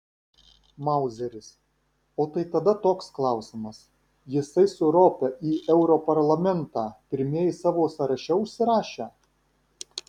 mauzeris o tai tada toks klausimas jisai su rope į europarlamentą pirmieji savo sąraše užsirašę